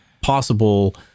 possible